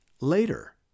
later